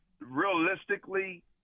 realistically